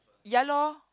ya lor